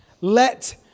Let